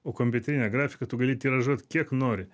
o kompiuterine grafika tu gali tiražuot kiek nori